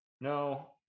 No